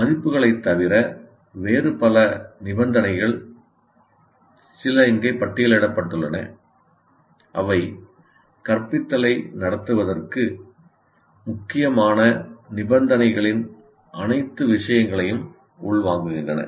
மதிப்புகளைத் தவிர வேறு பல நிபந்தனைகள் சில இங்கே பட்டியலிடப்பட்டுள்ளன அவை கற்பித்தலை நடத்துவதற்கு முக்கியமான நிபந்தனைகளின் அனைத்து விஷயங்களையும் உள்வாங்குகின்றன